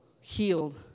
healed